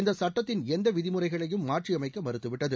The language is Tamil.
இந்த சட்டத்தின் எந்த விதிமுறைகளையும் மாற்றியமைக்க மறுத்துவிட்டது